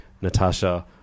Natasha